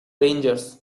rangers